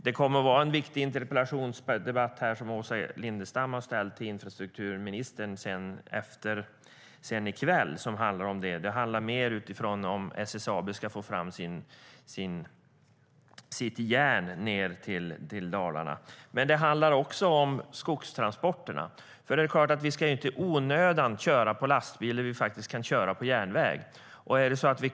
Det kommer att hållas en viktig debatt om en interpellation här senare som Åsa Lindestam har ställt till infrastrukturministern och som handlar om det, fast mer utifrån ifall om SSAB ska kunna frakta sitt järn ned till Dalarna. Men det handlar också om skogstransporterna. Man ska inte i onödan frakta skog på lastbil som kan köras på järnväg.